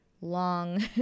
long